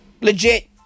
Legit